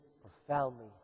profoundly